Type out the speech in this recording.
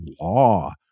law